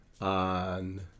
on